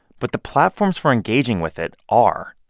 but the platforms for engaging with it are.